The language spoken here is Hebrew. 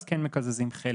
אז כן מקזזים חלק,